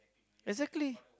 exactly